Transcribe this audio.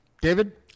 David